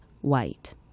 white